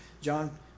John